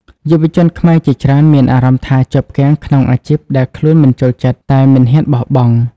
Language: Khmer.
យុវជនខ្មែរជាច្រើនមានអារម្មណ៍ថាជាប់គាំងក្នុងអាជីពដែលខ្លួនមិនចូលចិត្ត តែមិនហ៊ានបោះបង់។